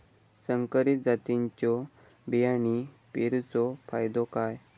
संकरित जातींच्यो बियाणी पेरूचो फायदो काय?